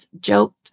joked